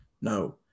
no